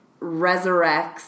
resurrects